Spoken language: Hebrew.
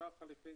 שער החליפין